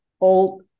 old